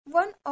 one